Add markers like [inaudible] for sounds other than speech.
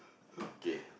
[noise] okay